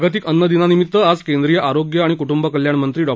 जागतिक अन्न दिनानिमित्त आज केंद्रिय आरोग्य आणि कुटुंबकल्याण मंत्री डॉ